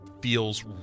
feels